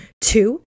Two